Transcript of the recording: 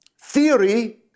theory